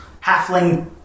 Halfling